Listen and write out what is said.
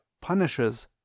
punishes